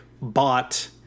bot